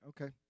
okay